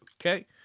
okay